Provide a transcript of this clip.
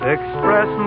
Express